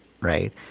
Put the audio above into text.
right